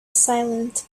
silent